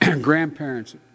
Grandparents